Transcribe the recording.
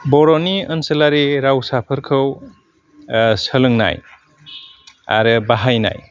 बर'नि ओनसोलारि रावसाफोरखौ सोलोंनाय आरो बाहायनाय